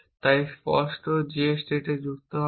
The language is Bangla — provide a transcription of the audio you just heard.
তাই স্পষ্ট j স্টেটে যুক্ত হবে